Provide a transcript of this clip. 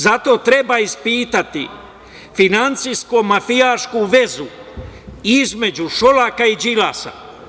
Zato treba ispitati finansijsko-mafijašku vezu između Šolaka i Đilasa.